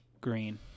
green